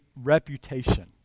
reputation